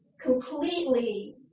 completely